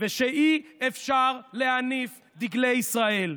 ושאי-אפשר להניף דגלי ישראל.